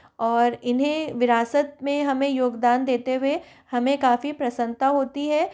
और इन्हें विरासत में हमें योगदान देते हुए हमें काफ़ी प्रसन्नता होती है